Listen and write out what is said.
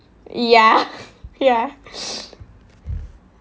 ya ya